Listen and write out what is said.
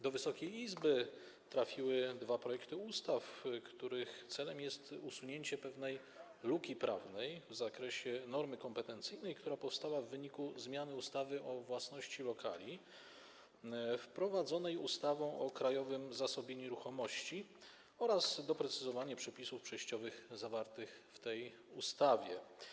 Do Wysokiej Izby trafiły dwa projekty ustaw, których celem jest usunięcie pewnej luki prawnej w zakresie normy kompetencyjnej, która powstała w wyniku zmiany ustawy o własności lokali wprowadzonej ustawą o Krajowym Zasobie Nieruchomości, oraz doprecyzowanie przepisów przejściowych zawartych w tej ustawie.